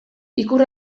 ikur